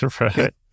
right